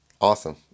Awesome